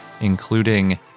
including